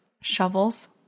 Shovels